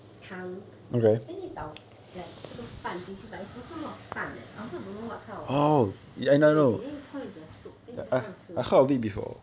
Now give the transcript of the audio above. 汤 then 你倒 like 这个饭进去 but is also not 饭 leh I also don't know what kind of thing is it then you pour into the soup then you just 这样吃